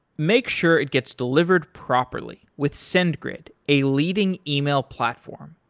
make sure it gets delivered properly with sendgrid, a leading email platform.